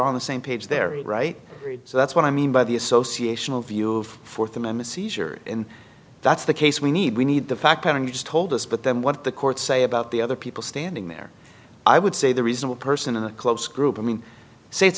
on the same page there e right so that's what i mean by the association of view of fourth amendment seizure and that's the case we need we need the fact pattern you just told us but then what the courts say about the other people standing there i would say the reasonable person in a close group i mean say it's